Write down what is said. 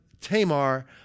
Tamar